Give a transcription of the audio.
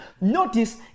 Notice